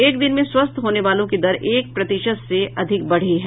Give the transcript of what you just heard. एक दिन में स्वस्थ होने वालों की दर एक प्रतिशत से अधिक बढ़ी है